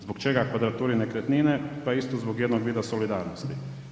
Zbog čega kvadraturi nekretnine, pa isto zbog jednog vida solidarnosti.